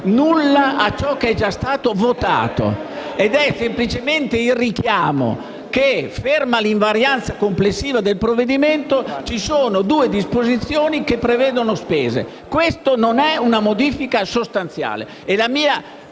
nulla a ciò che è già stato votato ed è semplicemente un richiamo al fatto che, stante l'invarianza complessiva del provvedimento, esso contiene due disposizioni che prevedono spese. Questa non è una modifica sostanziale